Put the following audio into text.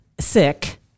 sick